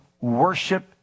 worship